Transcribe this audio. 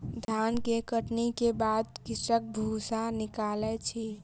धान के कटनी के बाद कृषक भूसा निकालै अछि